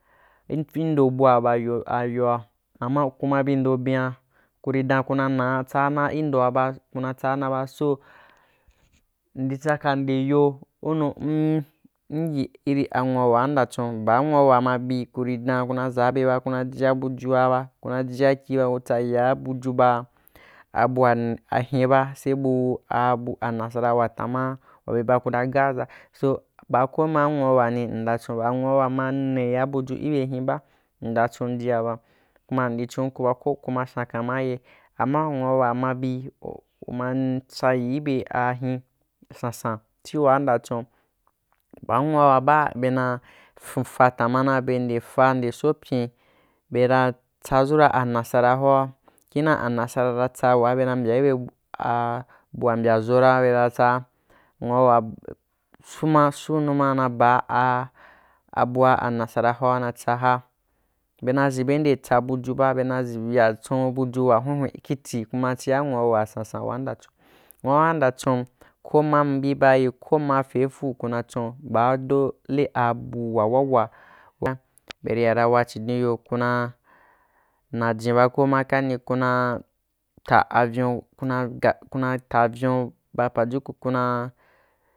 Indo bua ba yo ba yoa amma ku ma bi ndo bin kuri dan kuma naa tsaana i ndo a ba so m nditsaka nde yo hunu m yi irī a nwuawa m nda chon baa nwuawa mabi kuri dan kuna ʒaabe ba jiabujua ba juna jia kyi ba ku tsayia buju ba abua ahen ba se bu abu anasan wa tama be baka ra gas ra so baa koma nwua wuwa ni mnda chin ba anwua wa ma ne yia buju ibe hinba mnda chonjia ba kuma mndī chonku ba ko kuma sakama ye ama nwuawa ma bi uma tsayī ibe ahin sansan chiwa mnda chon boa nwua wuwa baa be na funfa tanma be nde fa nde fa nde so pyin bera tsadʒura anasara hoa kinea anasara ra tsa waa be na mbya ibe bu aaa bua mbya ra bera tsa mwuawa sunuma na baa-abua anasaa hoa na tsa be na ʒenbende tsa bujuba bena ya tsun bujuwa hwen-hwen ki ti kuma chia nwuwuwa sansan waanda chon ba nwuawuwaa mnda chon ko mma bī ba ye ko ma fefu kura chon baa dole abu wa wawa beria ya ra wa chidoniyo kuna najin ba koma kani kuna ta avyun-kuna ga-kuna tavyun ba pajukun kuna.